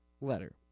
letter